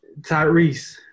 Tyrese